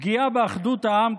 פגיעה באחדות העם,